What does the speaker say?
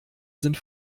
sind